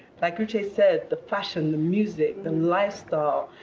like uche said, the fashion, the music, the lifestyle,